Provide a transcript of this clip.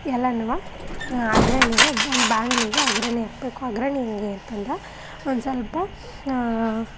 ಎಲ್ಲನೂ ಅಗ್ರಣಿಗ ಒಂದು ಬಾಣಲೆಗೆ ಅಗ್ರಣಿ ಹಾಕ್ಬೇಕು ಅಗ್ರಣಿ ಹೆಂಗೆ ಅಂತಂದು ಒಂದು ಸ್ವಲ್ಪ